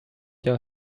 your